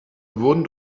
wurden